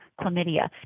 chlamydia